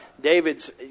David's